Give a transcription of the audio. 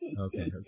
Okay